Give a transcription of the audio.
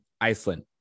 Iceland